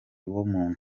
w’umuntu